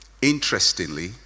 interestingly